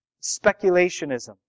Speculationism